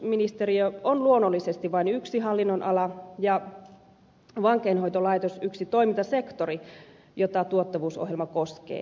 oikeusministeriö on luonnollisesti vain yksi hallinnonala ja vankeinhoitolaitos yksi toimintasektori jota tuottavuusohjelma koskee